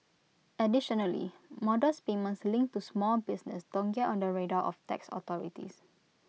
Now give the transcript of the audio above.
additionally modest payments linked to small business don't get on the radar of tax authorities